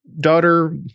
daughter